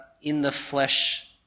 in-the-flesh